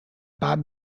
bat